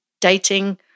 dating